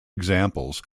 examples